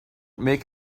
make